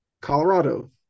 Colorado